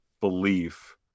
belief